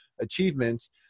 achievements